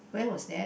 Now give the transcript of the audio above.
where was that